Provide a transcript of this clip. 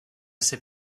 ses